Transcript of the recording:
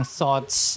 thoughts